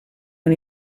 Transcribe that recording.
con